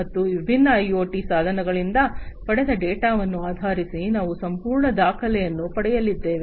ಮತ್ತು ಈ ವಿಭಿನ್ನ ಐಒಟಿ ಸಾಧನಗಳಿಂದ ಪಡೆದ ಡೇಟಾವನ್ನು ಆಧರಿಸಿ ನಾವು ಸಂಪೂರ್ಣ ದಾಖಲೆಯನ್ನು ಪಡೆಯಲಿದ್ದೇವೆ